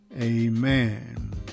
Amen